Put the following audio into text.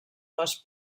les